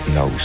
no